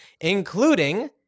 including